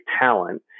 talent